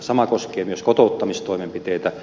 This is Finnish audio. sama koskee myös kotouttamistoimenpiteitä